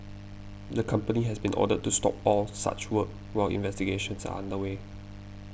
the company has been ordered to stop all such work while investigations are under way